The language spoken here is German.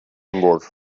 hamburg